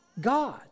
God